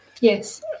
Yes